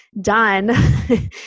done